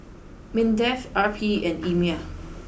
Mindef R P and EMA